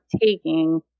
taking